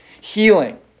healing